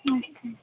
ਅੱਛਾ